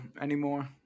anymore